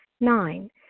Nine